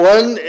One